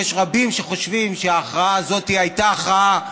ויש רבים שחושבים שההכרעה הזאת הייתה הכרעה שגויה,